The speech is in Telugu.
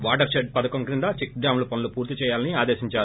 వాటర్ పెడ్ పధకం క్రింద చెక్ డ్యాంల పనులు పూర్తి చేయాలని ఆదేశించారు